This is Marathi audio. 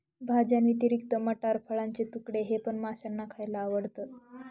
भाज्यांव्यतिरिक्त मटार, फळाचे तुकडे हे पण माशांना खायला आवडतं